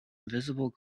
invisible